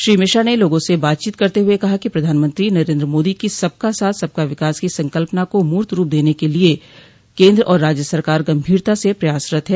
श्री मिश्रा ने लोगों से बातचीत करते हुए कहा कि प्रधानमंत्री नरेन्द्र मोदी की सबका साथ सबका विकास की संकल्पना को मूर्त रूप देने के लिए केन्द्र और राज्य सरकार गंभीरता से प्रयासरत है